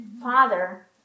father